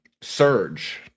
surge